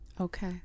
Okay